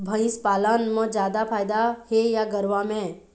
भंइस पालन म जादा फायदा हे या गरवा में?